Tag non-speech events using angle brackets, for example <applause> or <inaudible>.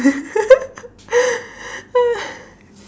<laughs>